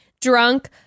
drunk